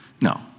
No